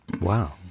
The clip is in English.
Wow